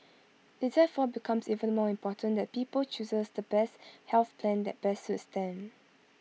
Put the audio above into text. IT therefore becomes even more important that people chooses the best health plan that best suits them